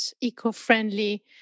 eco-friendly